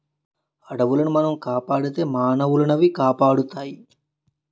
అడవులను మనం కాపాడితే మానవులనవి కాపాడుతాయి